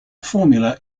formula